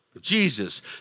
Jesus